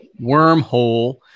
wormhole